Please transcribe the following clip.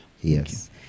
Yes